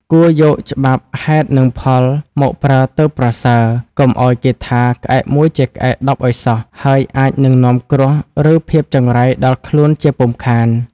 គួរយកច្បាប់ហេតុនិងផលមកប្រើទើបប្រសើរ កុំឱ្យគេថាក្អែកមួយជាក្អែកដប់ឱ្យសោះ ហើយអាចនឹងនាំគ្រោះ ឬភាពចង្រៃដល់ខ្លួនជាពុំខាន។